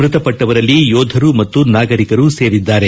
ಮ್ನತಪಟ್ಟವರಲ್ಲಿ ಯೋಧರು ಮತ್ತು ನಾಗರಿಕರು ಸೇರಿದ್ದಾರೆ